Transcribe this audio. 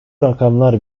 rakamlar